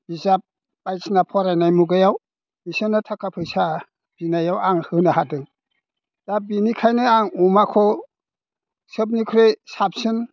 बिजाब बायदिसिना फरायनाय मुगायाव बिसोरनो थाखा फैसा बिनायाव आं होनो हादों दा बिनिखायनो आं अमाखौ सोबनिख्रुइ साबसिन